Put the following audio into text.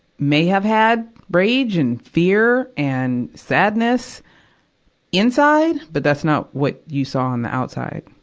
may have had rage and fear and sadness inside, but that's not what you saw on the outside.